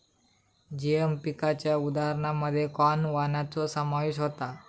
GM पिकांच्या उदाहरणांमध्ये corn वाणांचो समावेश होता